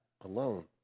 alone